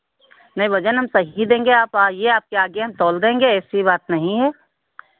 नहीं वजन हम सही देंगे आप आइए आपके आगे हम तौल देंगे ऐसी बात नहीं है